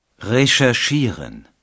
Recherchieren